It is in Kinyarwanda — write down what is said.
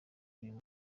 uyu